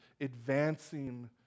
advancing